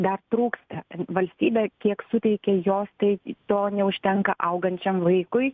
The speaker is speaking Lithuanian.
dar trūksta valstybė tiek suteikia jos tai to neužtenka augančiam vaikui